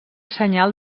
senyal